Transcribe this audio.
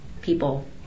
people